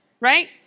right